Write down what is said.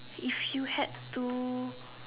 if you had to